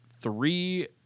three